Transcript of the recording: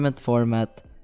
format